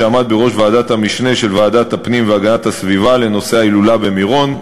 שעמד בראש ועדת המשנה של ועדת הפנים והגנת הסביבה לנושא ההילולה במירון.